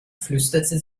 flüsterte